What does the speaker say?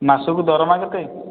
ମାସକୁ ଦରମା କେତେ